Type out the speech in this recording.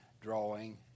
drawing